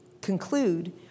conclude